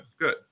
good